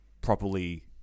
properly